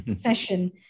session